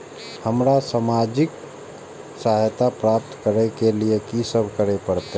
हमरा सामाजिक सहायता प्राप्त करय के लिए की सब करे परतै?